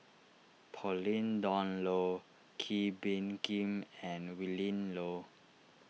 Pauline Dawn Loh Kee Bee Khim and Willin Low